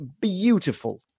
beautiful